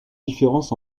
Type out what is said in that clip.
différence